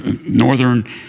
northern